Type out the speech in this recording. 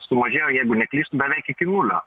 sumažėjo jeigu neklystu beveik iki nulio